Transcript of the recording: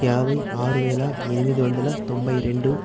యాభై ఆరు వేల ఎనిమిది వందల తొంభై రెండు